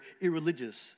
irreligious